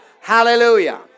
Hallelujah